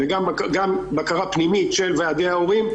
גם בקרה פנימית של ועדי ההורים,